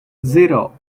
zero